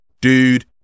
dude